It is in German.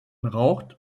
raucht